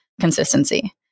consistency